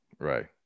right